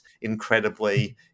incredibly